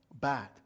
bad